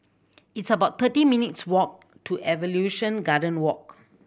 it's about thirty minutes' walk to Evolution Garden Walk